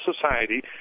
society